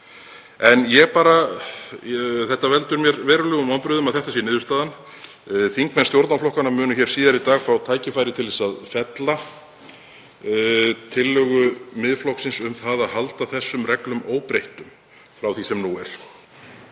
upp. Það veldur mér verulegum vonbrigðum að þetta sé niðurstaðan. Þingmenn stjórnarflokkanna munu hér síðar í dag fá tækifæri til að fella tillögu Miðflokksins um að halda þessum reglum óbreyttum frá því sem nú er